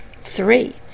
Three